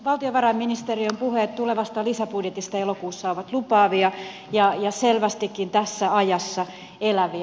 valtiovarainministeriön puheet tulevasta lisäbudjetista elokuussa ovat lupaavia ja selvästikin tässä ajassa eläviä